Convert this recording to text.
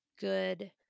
good